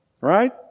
right